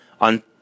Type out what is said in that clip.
on